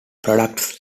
products